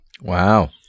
Wow